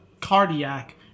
cardiac